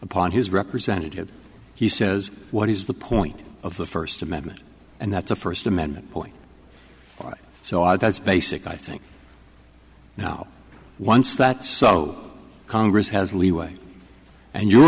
upon his representative he says what is the point of the first amendment and that's a first amendment point so i that's basic i think now once that's so congress has leeway and you